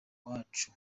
uwacu